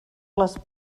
les